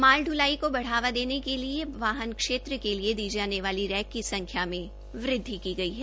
माल ढ़लाई को बढ़ावा देने के लिए वाहन क्षेत्र के लिए दी जाने वाली रैक की संख्या में वृद्वि की गई है